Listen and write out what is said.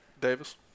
Davis